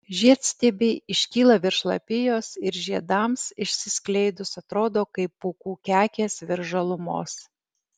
žiedstiebiai iškyla virš lapijos ir žiedams išsiskleidus atrodo kaip pūkų kekės virš žalumos